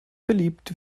beliebt